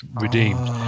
redeemed